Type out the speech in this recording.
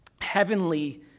heavenly